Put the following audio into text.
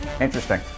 Interesting